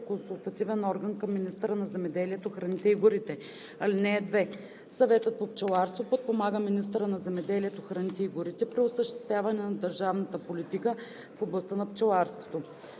консултативен орган към министъра на земеделието, храните и горите. (2) Съветът по пчеларство подпомага министъра на земеделието, храните и горите при осъществяване на държавната политика в областта на пчеларството.